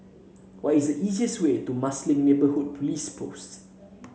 what is the easiest way to Marsiling Neighbourhood Police Post